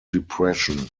depression